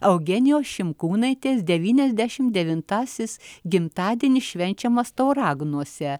eugenijos šimkūnaitės devyniasdešim devintasis gimtadienis švenčiamas tauragnuose